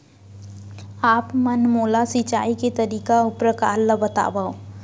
आप मन मोला सिंचाई के तरीका अऊ प्रकार ल बतावव?